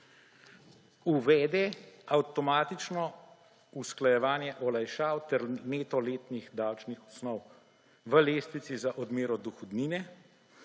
uvede avtomatično usklajevanje olajšav ter neto letnih davčnih osnov v lestvici za odmero dohodnine